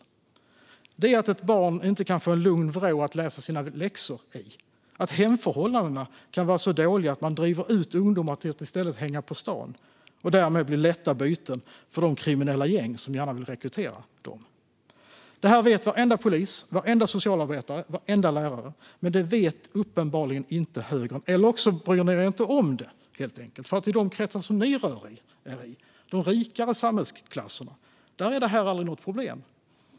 Det handlar om att ett barn inte kan få en lugn vrå att läsa sina läxor i och att hemförhållandena kan vara så dåliga att ungdomar drivs ut för att i stället hänga på stan och därmed blir lätta byten för de kriminella gäng som gärna vill rekrytera dem. Detta vet varenda polis, socialarbetare och lärare, men det vet uppenbarligen inte högern - eller också bryr ni er inte om det, helt enkelt. I de kretsar där ni rör er, de rikare samhällsklasserna, är detta nämligen aldrig något problem.